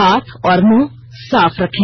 हाथ और मुंह साफ रखें